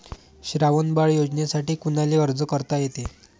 श्रावण बाळ योजनेसाठी कुनाले अर्ज करता येते?